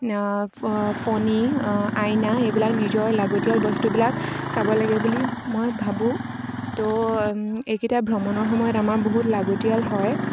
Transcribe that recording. ফণি আইনা এইবিলাক নিজৰ লাগতিয়াল বস্তুবিলাক চাব লাগে বুলি মই ভাবোঁ তো এইকেইটা ভ্ৰমণৰ সময়ত আমাৰ বহুত লাগতিয়াল হয়